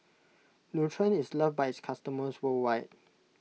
Nutren is loved by its customers worldwide